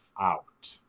out